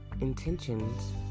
intentions